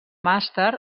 màster